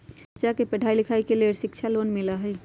बच्चा के पढ़ाई के लेर शिक्षा लोन मिलहई?